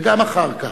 וגם אחר כך,